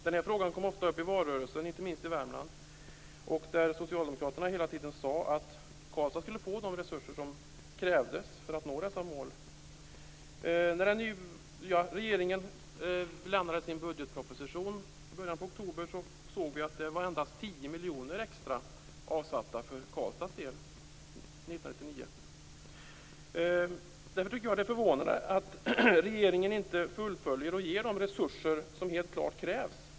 Den här frågan kom ofta upp i valrörelsen, inte minst i Värmland. Socialdemokraterna sade hela tiden att Karlstad skulle få de resurser som krävdes för att nå målen. När den nya regeringen lämnade sin budgetproposition i början av oktober såg vi att det endast var 1999. Jag tycker att det är förvånande att regeringen inte fullföljer och ger de resurser som helt klart krävs.